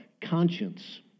conscience